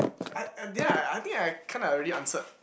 I I didn't I I think I kind of already answered